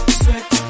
sweat